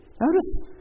Notice